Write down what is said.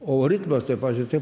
o ritmas tai pavyzdžiui tai